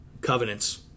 covenants